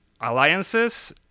Alliances